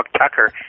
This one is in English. tucker